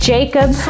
Jacob